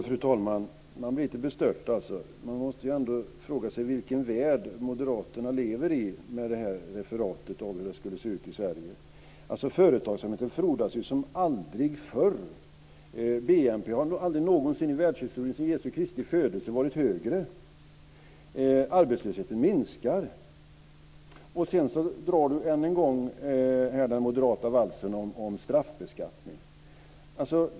Fru talman! Man blir lite bestört. Man måste ändå fråga sig vilken värld som moderaterna lever i med tanke på det här referatet av hur det ser ut i Sverige. Företagsamheten frodas ju som aldrig förr. BNP har aldrig någonsin i världshistorien sedan Jesu Kristi födelse varit högre. Arbetslösheten minskar. Sedan drar Stefan Hagfeldt än en gång den moderata valsen om straffbeskattning.